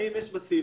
האם יש בפיצול